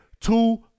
two